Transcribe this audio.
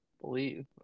believe –